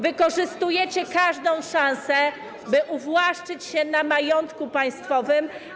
Wykorzystujecie każdą szansę, by uwłaszczyć się na majątku państwowym.